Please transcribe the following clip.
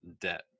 debt